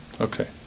Okay